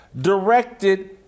directed